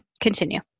continue